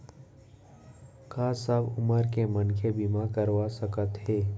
का सब उमर के मनखे बीमा करवा सकथे?